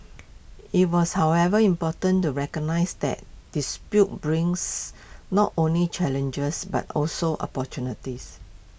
IT was however important to recognise that brings not only challengers but also opportunities